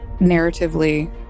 narratively